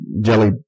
Jelly